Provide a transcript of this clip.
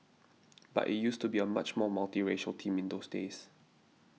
but it used to be a much more multiracial team in those days